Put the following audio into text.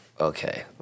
okay